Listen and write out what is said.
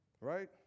right